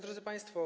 Drodzy Państwo!